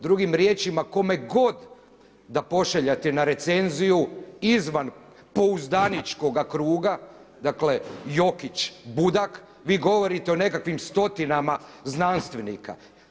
Drugim riječima, kome god da pošaljete na recenziju izvan pouzdaničkoga kruga, dakle Jokić, Budak vi govorite o nekakvim stotinama znanstvenika.